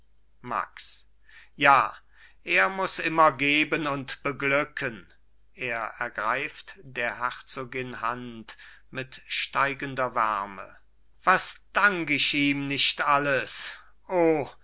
max ja er muß immer geben und beglücken er ergreift der herzogin hand mit steigender wärme was dank ich ihm nicht alles o